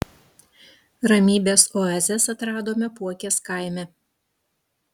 ramybės oazes atradome puokės kaime